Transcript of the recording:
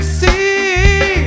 see